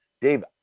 Dave